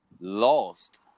lost